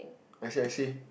I see I see